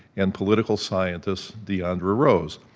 and political scientist, deondra rose.